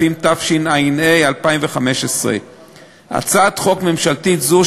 התשע"ה 2015. הצעת חוק ממשלתית זו,